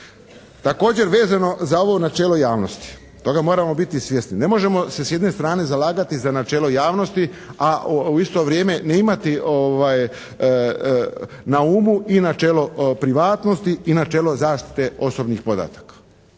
Također, vezano za ovo načelo javnosti. Toga moramo biti svjesni. Ne možemo se s jedne strane zalagati za načelo javnosti a u isto vrijeme ne imati na umu i načelo privatnosti i načelo zaštite osobnih podataka.